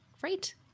great